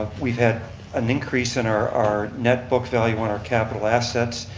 we've had an increase in our our net book value on our capital assets,